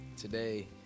Today